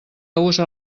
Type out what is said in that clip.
usa